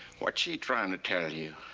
what's she trying to tell you?